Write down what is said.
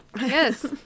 yes